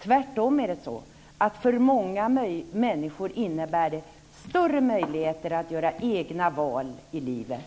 Tvärtom är det så att de för många människor innebär större möjligheter att göra egna val i livet.